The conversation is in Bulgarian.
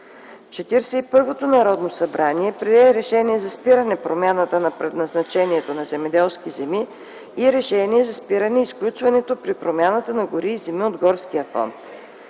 Народно събрание прие решение за спиране промяната на предназначението на земеделски земи и решение за спиране на изключването при промяната на гори и земи от горския фонд.